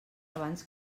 abans